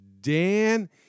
Dan